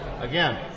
again